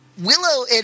Willow